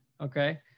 okay